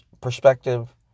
perspective